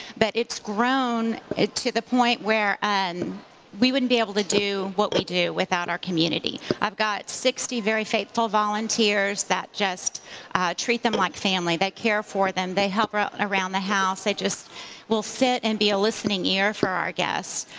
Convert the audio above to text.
but it's grown to the point where and we wouldn't be able to do what we do without our community. i've got sixty very faithful volunteers that just treat them like family. they care for them. they help ah around the house. they just will sit and be a listening ear for our guests.